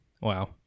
Wow